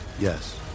Yes